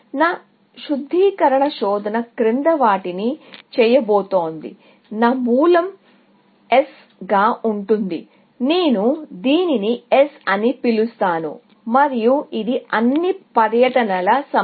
నా refinement search క్రింది వాటిని చేయబోతోంది నా మూలం S గా ఉంటుంది నేను దీనిని S అని పిలుస్తాను మరియు ఇది అన్ని పర్యటనల సమితి